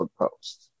post